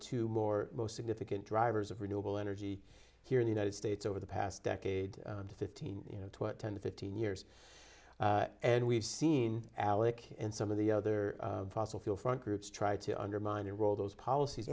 two more most significant drivers of renewable energy here in the united states over the past decade to fifteen you know what ten to fifteen years and we've seen alec and some of the other fossil fuel front groups try to undermine and roll those policies